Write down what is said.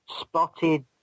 spotted